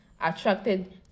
attracted